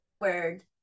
word